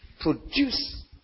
produce